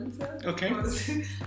Okay